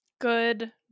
Good